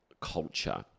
culture